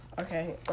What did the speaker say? Okay